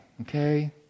okay